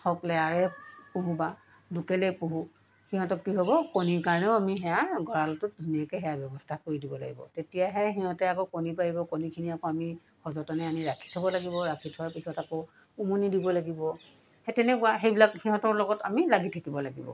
হওক লেয়াৰে পোহো বা লোকেলে পোহো সিহঁতক কি হ'ব কণীৰ কাৰণেও আমি সেয়া গঁড়ালটোত ধুনীয়াকৈ সেয়া ব্যৱস্থা কৰি দিব লাগিব তেতিয়াহে সিহঁতে আকৌ কণী পাৰিব কণীখিনি আকৌ আমি সযতনে আনি ৰাখি থ'ব লাগিব ৰাখি থোৱাৰ পিছত আকৌ উমনি দিব লাগিব সেই তেনেকুৱা সেইবিলাক সিহঁতৰ লগত আমি লাগি থাকিব লাগিব